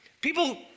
People